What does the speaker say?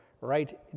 right